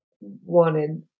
wanted